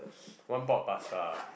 one pot pasta